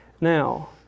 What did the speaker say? Now